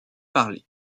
parler